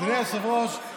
אדוני היושב-ראש,